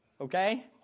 Okay